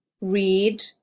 read